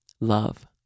love